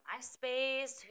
MySpace